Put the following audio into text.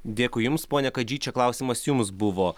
dėkui jums pone kadžy čia klausimas jums buvo